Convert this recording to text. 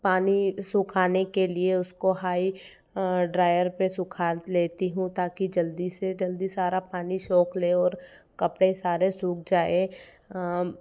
पानी सुखाने के लिए उसको हाई ड्रायर पे सुखा लेती हूँ ताकि जल्दी से जल्दी सारा पानी सोख ले और कपड़े सारे सूख जाए